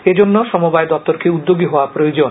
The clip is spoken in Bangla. এজন্য সমবায় দপ্তরকে উদ্যোগী হওয়া প্রয়োজন